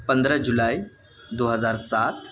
پندرہ جولائی دو ہزار سات